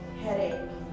headache